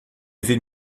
vir